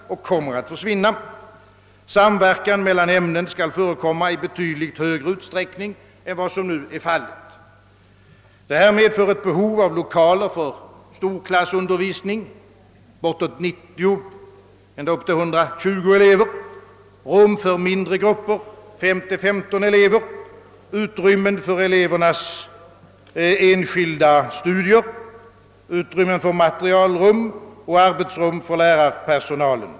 Samverkan mellan ämnen skall förekomma i betydligt större utsträckning än nu. Detta medför ett behov av lokaler för storklassundervisning — från 90 upp till 120 elever — rum för mindre grupper — 5—+15 elever — utrymmen för elevernas enskilda studier, utrymmen för materiel och arbetsrum för lärarpersonalen.